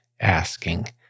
asking